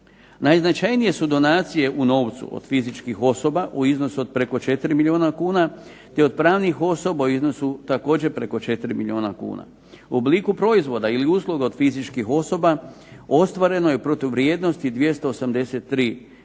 Najznačajnije su donacije u novcu od fizičkih osoba u iznosu preko 4 milijuna kuna ili od pravnih osoba u iznosu također preko 4 milijuna kuna. U obliku proizvoda ili usluga od fizičkih osoba ostvareno je u protuvrijednosti 283 tisuće